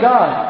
God